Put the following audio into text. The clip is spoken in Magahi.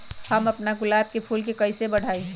हम अपना गुलाब के फूल के कईसे बढ़ाई?